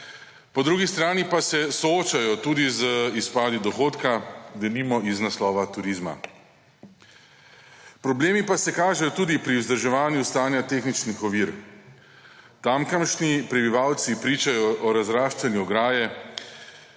po drugi strani pa se soočajo tudi z izpadi dohodka, denimo iz naslova turizma. Problemi pa se kažejo tudi pri vzdrževanju stanja tehničnih ovir. Tamkajšnji prebivalci pričajo o razraščanju ograje,